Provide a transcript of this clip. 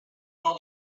now